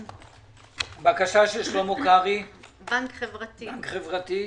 הבקשה של שלמה קרעי, בנק חברתי.